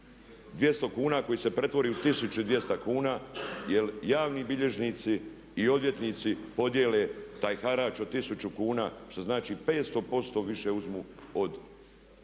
200 kuna koji se pretvori u 1200 kuna jer javni bilježnici i odvjetnici podjele taj harač od 1000 kuna šta znači 500% više uzmu od duga